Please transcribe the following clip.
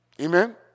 Amen